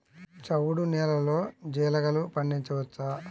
చవుడు నేలలో జీలగలు పండించవచ్చా?